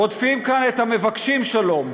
רודפים כאן את המבקשים שלום,